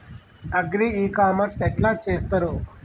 Agri e commerce ఎట్ల చేస్తరు?